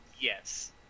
yes